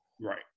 Right